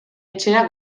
etxera